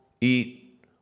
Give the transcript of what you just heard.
eat